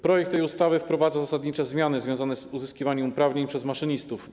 Projekt tej ustawy wprowadza zasadnicze zmiany związane z uzyskiwaniem uprawnień przez maszynistów.